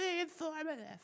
informative